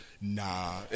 Nah